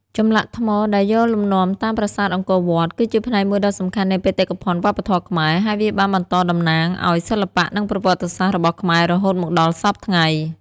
ចម្លាក់ថ្មដែលយកលំនាំតាមប្រាសាទអង្គរវត្ត គឺជាផ្នែកមួយដ៏សំខាន់នៃបេតិកភណ្ឌវប្បធម៌ខ្មែរ ហើយវាបានបន្តតំណាងឲ្យសិល្បៈនិងប្រវត្តិសាស្ត្ររបស់ខ្មែររហូតមកដល់សព្វថ្ងៃ។